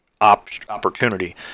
opportunity